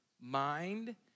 mind